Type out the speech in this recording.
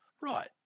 Right